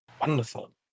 Wonderful